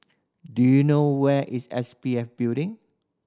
do you know where is S P F Building